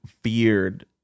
feared